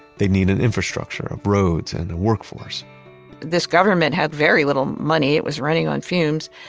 they needed infrastructure of roads and a workforce this government had very little money. it was running on fumes,